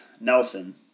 Nelson